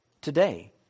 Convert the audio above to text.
today